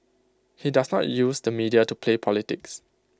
he does not use the media to play politics